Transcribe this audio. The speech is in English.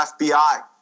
FBI